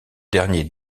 dernier